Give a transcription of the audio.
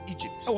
Egypt